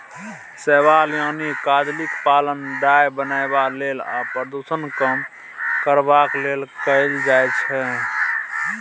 शैबाल यानी कजलीक पालन डाय बनेबा लेल आ प्रदुषण कम करबाक लेल कएल जाइ छै